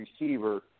receiver